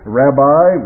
rabbi